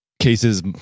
cases